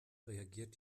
reagiert